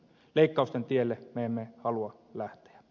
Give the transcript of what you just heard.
leik kausten tielle me emme halua lähteä